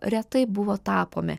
retai buvo tapomi